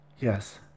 Yes